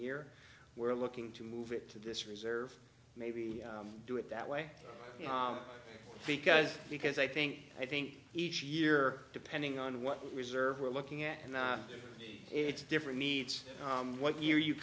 year we're looking to move it to this reserve maybe do it that way because because i think i think each year depending on what reserves we're looking at and it's different needs what year you